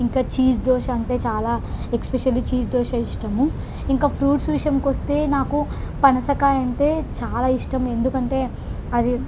ఇంకా చీజ్ దోశ అంటే చాలా ఎస్స్పెషల్లీ చీజ్ దోశ ఇష్టము ఇంకా ఫ్రూట్స్ విషయంకు వస్తే నాకు పానసకాయ అంటే చాలా ఇష్టం ఎందుకంటే అది